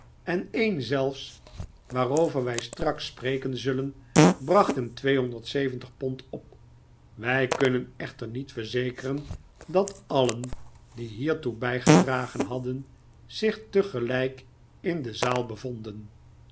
en een zelfs waarover wij straks spreken zullen bracht hem pond op wij kunnen echter niet verzekeren dat alien die hiertoe bijgedragen hadden zich tegelijk in de zaal bevonden